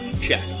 Check